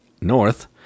north